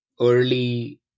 early